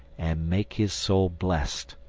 and make his soul blessed.